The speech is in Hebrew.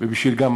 וגם בשביל,